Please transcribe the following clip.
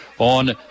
on